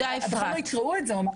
הם אמרו שאפילו לא יקראו את זה.